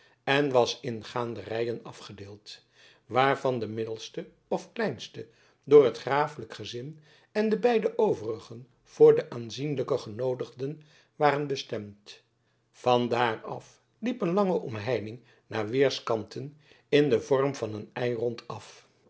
en was in gaanderijen afgedeeld waarvan de middelste of kleinste voor het grafelijk gezin en de beide overigen voor de aanzienlijke genoodigden waren bestemd vandaar af liep een lage omheining naar weerskanten in den vorm van een eirond af